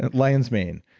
and lion's mane,